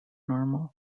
normal